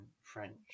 French